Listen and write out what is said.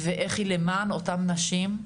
ואיך היא למען אותן נשים.